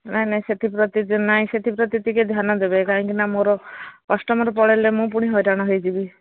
ନାଇଁ ନାଇଁ ସେଥିପ୍ରତି ନାଇଁ ସେଥିପ୍ରତି ଟିକେ ଧ୍ୟାନ ଦେବେ କାହିଁକି ନା ମୋର କଷ୍ଟମର ପଳେଇଲେ ମୁଁ ପୁଣି ହଇରାଣ ହୋଇଯିବି